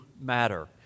matter